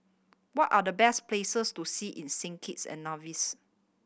what are the best places to see in Saint Kitts and Nevis